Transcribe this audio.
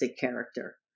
character